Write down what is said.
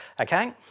okay